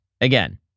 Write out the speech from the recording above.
again